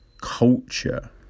culture